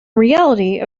reality